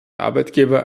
arbeitgeber